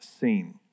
seen